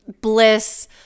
bliss